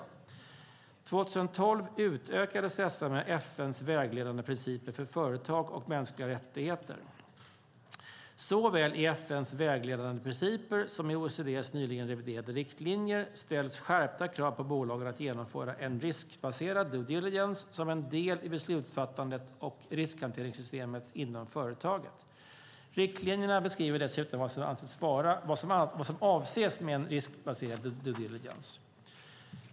År 2012 utökades dessa med FN:s vägledande principer för företag och mänskliga rättigheter . Såväl i FN:s vägledande principer som i OECD:s nyligen reviderade riktlinjer ställs skärpta krav på bolagen att genomföra en riskbaserad due diligence som en del i beslutsfattandet och riskhanteringssystemet inom företaget. Riktlinjerna beskriver dessutom vad som avses med en riskbaserad due diligence.